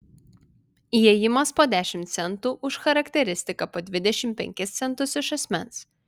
įėjimas po dešimt centų už charakteristiką po dvidešimt penkis centus iš asmens